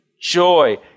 joy